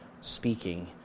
speaking